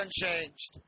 unchanged